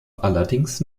allerdings